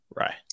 right